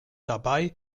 dabei